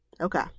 Okay